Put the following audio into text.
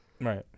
Right